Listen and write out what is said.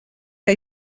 que